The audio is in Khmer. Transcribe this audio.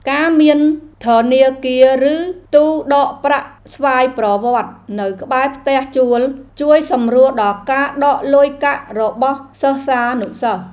ការមានធនាគារឬទូដកប្រាក់ស្វ័យប្រវត្តនៅក្បែរផ្ទះជួលជួយសម្រួលដល់ការដកលុយកាក់របស់សិស្សានុសិស្ស។